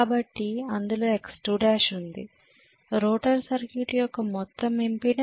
కాబట్టి అందులో X2l ఉంది రోటర్ సర్క్యూట్ యొక్క మొత్తం ఇంపెడెన్స్ R2sjX2 అవుతుంది